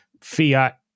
Fiat